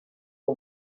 uwo